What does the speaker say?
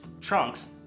Trunks